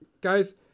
guys